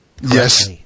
Yes